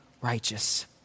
righteous